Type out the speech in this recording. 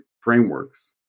frameworks